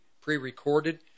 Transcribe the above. pre-recorded